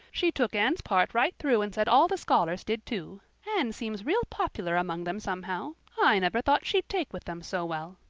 she took anne's part right through and said all the scholars did too. anne seems real popular among them, somehow. i never thought she'd take with them so well.